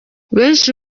benshi